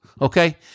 Okay